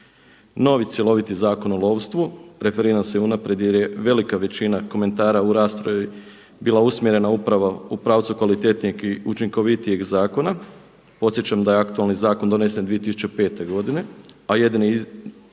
Novi, cjeloviti Zakon o lovstvu, referiram se unaprijed jer je velika veličina komentara u raspravi bila usmjerena upravo u pravcu kvalitetnijeg i učinkovitijeg zakona. Podsjećam da je aktualni zakon donesen 2005. godine a jedine